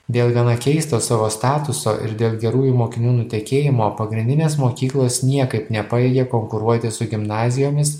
dėl gana keisto savo statuso ir dėl gerųjų mokinių nutekėjimo pagrindinės mokyklos niekaip nepajėgė konkuruoti su gimnazijomis